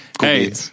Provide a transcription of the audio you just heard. Hey